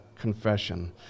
confession